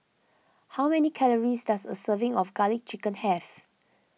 how many calories does a serving of Garlic Chicken have